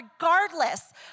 regardless